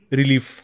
relief